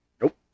Nope